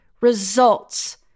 Results